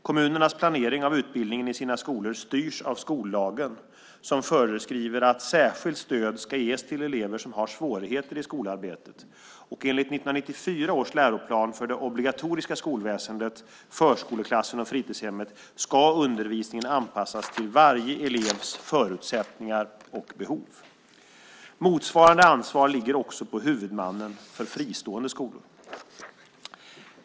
Kommunernas planering av utbildningen i sina skolor styrs av skollagen som föreskriver att särskilt stöd ska ges till elever som har svårigheter i skolarbetet, och enligt 1994 års läroplan för det obligatoriska skolväsendet, förskoleklassen och fritidshemmet ska undervisningen anpassas till varje elevs förutsättningar och behov. Motsvarande ansvar ligger också på huvudmannen för fristående skolor.